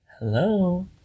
Hello